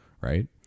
right